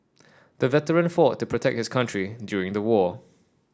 the veteran fought to protect his country during the war